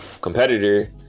competitor